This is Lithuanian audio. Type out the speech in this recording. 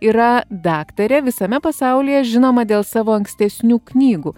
yra daktarė visame pasaulyje žinoma dėl savo ankstesnių knygų